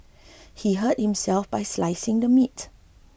he hurt himself while slicing the meat